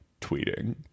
tweeting